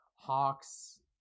Hawks